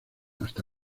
hasta